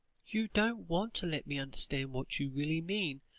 you don't want to let me understand what you really mean,